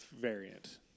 variant